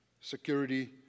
security